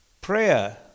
Prayer